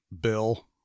Bill